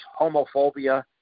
homophobia